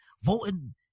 voting